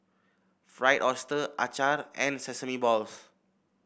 Fried Oyster acar and Sesame Balls